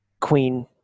Queen